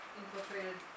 infiltrated